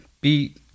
beat